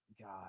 God